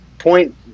point